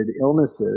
illnesses